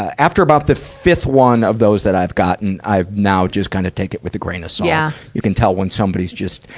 after about the fifth one of those that i've gotten, i've now just kind of take it with a grain of salt. so yeah you can tell when somebody's just,